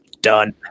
done